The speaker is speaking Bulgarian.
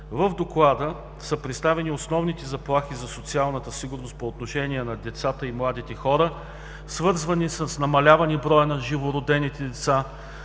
В Доклада са представени основните заплахи за социалната сигурност по отношение на децата и младите хора, свързани с намаляване броя на живородените деца,